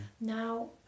Now